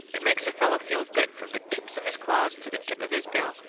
it makes a fellow feel good from the tips of his claws to the tip of his bill.